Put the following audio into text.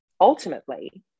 ultimately